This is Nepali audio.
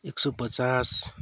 एक सय पचास